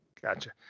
Gotcha